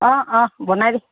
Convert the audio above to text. অ অ বনাই দে